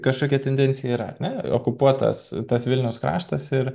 kažkokia tendencija yra ar ne okupuotas tas vilniaus kraštas ir